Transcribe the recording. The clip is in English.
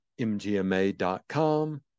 mgma.com